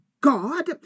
God